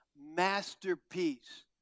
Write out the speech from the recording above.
masterpiece